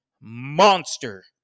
monster